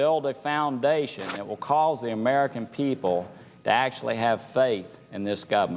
build a foundation that will call the american people that actually have faith in this go